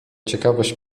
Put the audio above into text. ciekawość